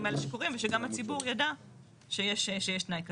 האלה שקורים ושגם הציבור ידע שיש תנאי כזה.